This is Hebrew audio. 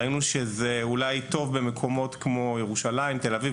ראינו שזה אולי טוב במקומות כמו ירושלים ותל אביב,